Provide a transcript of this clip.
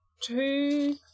two